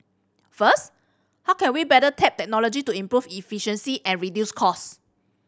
first how can we better tap technology to improve efficiency and reduce cost